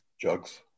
jugs